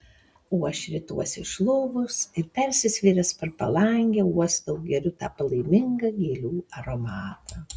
o aš rituosi iš lovos ir persisvėręs per palangę uostau geriu tą palaimingą gėlių aromatą